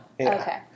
Okay